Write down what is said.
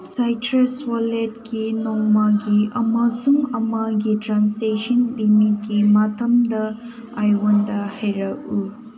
ꯁꯥꯏꯇ꯭ꯔꯁ ꯋꯥꯂꯦꯠꯀꯤ ꯅꯣꯡꯃꯒꯤ ꯑꯃꯁꯨꯡ ꯊꯥ ꯑꯃꯒꯤ ꯇ꯭ꯔꯥꯟꯁꯦꯛꯁꯟ ꯂꯤꯃꯤꯠꯀꯤ ꯃꯇꯝꯗ ꯑꯩꯉꯣꯟꯗ ꯍꯥꯏꯔꯛꯎ